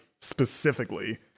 specifically